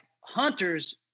hunters